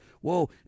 whoa